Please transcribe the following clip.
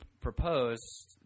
proposed